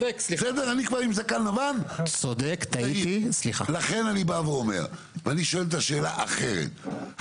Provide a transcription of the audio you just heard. אני בא ואומר, ואני שואלת את השאלה אחרת.